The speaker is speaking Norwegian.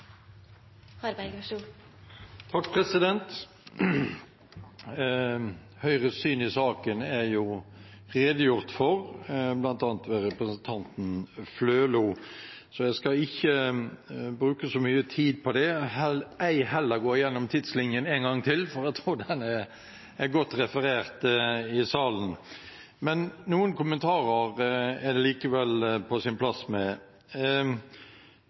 jo redegjort for, bl.a. ved representanten Flølo, så jeg skal ikke bruke så mye tid på det. Ei heller skal jeg gå igjennom tidslinjen en gang til, for jeg tror den er godt referert i salen. Noen kommentarer er likevel på sin plass.